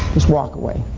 just walk away.